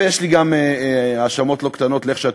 ויש לי גם האשמות לא קטנות כלפי התקשורת,